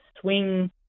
swing